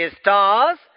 stars